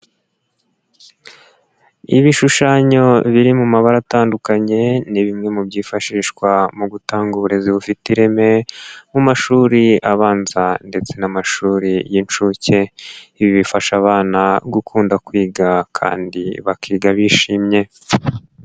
Ibishushanyo biri mu mabara atandukanye, ni bimwe mu byifashishwa mu gutanga uburezi bufite ireme mu mashuri abanza ndetse n'amashuri y'inshuke, ibi bifasha abana gukunda kwiga kandi bakiga bishimye.